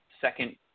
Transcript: second